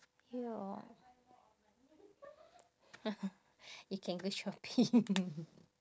ya you can go shopping